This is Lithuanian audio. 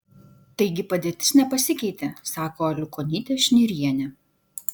taigi padėtis nepasikeitė sako aliukonytė šnirienė